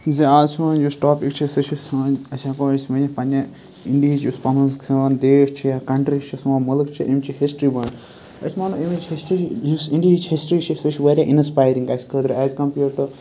زِ آز سون یُس ٹاپِک چھِ سُہ چھِ سٲنۍ أسۍ ہٮ۪کو أسۍ ؤنِتھ پنٛنہِ اِنڈِہِچ یُس پَنُن سون دیش چھُ یا کَنٹرٛی چھِ سون مُلک چھِ یِم چھِ ہِسٹرٛی وَن أسۍ مانو اَمِچ ہِسٹرٛی یُس اِنڈیہِچ ہِسٹرٛی چھِ سُہ چھِ واریاہ اِنَسپایرِنٛگ اَسہِ خٲطرٕ ایز کَمپِیٲڈ ٹُو